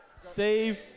Steve